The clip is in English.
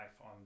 on